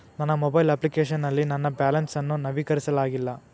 ನನ್ನ mobile application ನಲ್ಲಿ ನನ್ನ ಬ್ಯಾಲೆನ್ಸ್ ಅನ್ನು ನವೀಕರಿಸಲಾಗಿಲ್ಲ